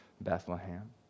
Bethlehem